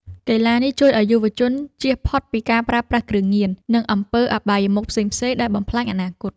កីឡានេះជួយឱ្យយុវជនជៀសផុតពីការប្រើប្រាស់គ្រឿងញៀន និងអំពើអបាយមុខផ្សេងៗដែលបំផ្លាញអនាគត។